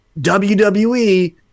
WWE